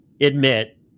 admit